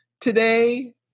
today